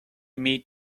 meet